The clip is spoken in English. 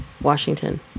Washington